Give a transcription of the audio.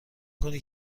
کنی